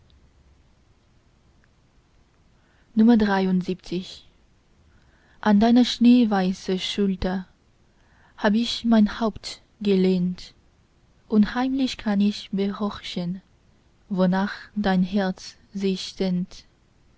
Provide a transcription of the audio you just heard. an deine schneeweiße schulter hab ich mein haupt gelehnt und heimlich kann ich behorchen wonach dein herz sich sehnt